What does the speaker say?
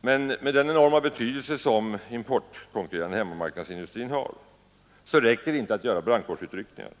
Men med den enorma betydelse som den importkonkurrerande hemmamarknadsindustrin har räcker det inte att göra brandkårsutryckningar